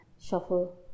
shuffle